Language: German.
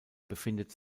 befindet